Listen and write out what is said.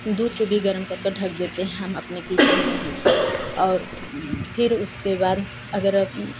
दूध को भी गर्म करके ढक देते हैं हम अपने किचन में ही और फिर उसके बाद अगर